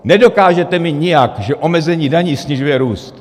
Nedokážete mi nijak, že omezení daní snižuje růst!